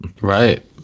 Right